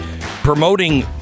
promoting